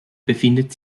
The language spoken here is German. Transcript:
befindet